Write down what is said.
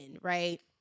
right